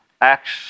Acts